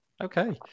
okay